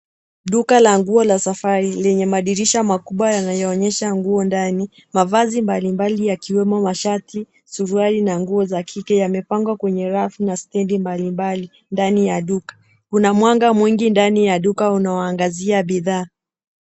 Duka la nguo la safari lenye madirisha makubwa yanayoonyesha nguo ndani, mavazi mbalimbali yakiwemo mashati, suruali na nguo za kike yamepangwa kwenye rafu na stendi balimbali ndani ya duka, kuna mwanga mwingi ndani ya duka unaoangazia bidhaa.